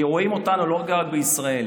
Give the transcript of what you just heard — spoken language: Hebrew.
כי רואים אותנו לא רק בישראל,